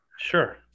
Sure